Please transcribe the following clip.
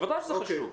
בוודאי שזה חשוב.